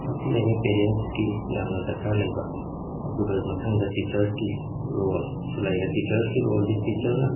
ꯃꯁꯤ ꯂꯩꯔꯦ ꯄꯦꯔꯦꯟꯁꯀꯤ ꯌꯥꯝꯅ ꯗꯔꯀꯥꯔ ꯂꯩꯕ ꯑꯗꯨꯒ ꯃꯊꯪꯗ ꯇꯤꯆꯔꯁꯀꯤ ꯔꯣꯜꯁꯨ ꯂꯩꯔꯦ ꯇꯤꯆꯔꯁꯀꯤ ꯔꯣꯜꯗꯤ ꯇꯤꯆꯔꯅ